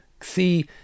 see